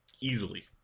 easily